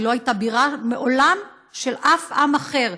היא מעולם לא הייתה בירה של אף עם אחר,